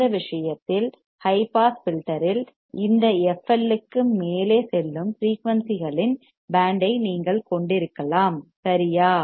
இந்த விஷயத்தில் high pass filter இல் இந்த f L க்கு மேலே செல்லும் ஃபிரீயூன்சிகளின் பேண்ட் ஐ நீங்கள் கொண்டிருக்கலாம் சரியா